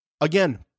Again